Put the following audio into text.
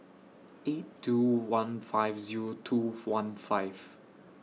eight two one five Zero two one five